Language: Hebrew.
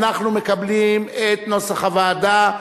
אנחנו מקבלים את נוסח הוועדה.